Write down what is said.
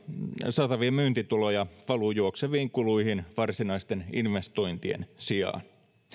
saatavia myyntituloja valuu juokseviin kuluihin varsinaisten investointien sijaan